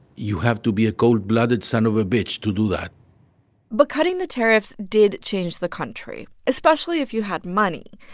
you have to be a cold-blooded son of a bitch to do that but cutting the tariffs did change the country, especially if you had money.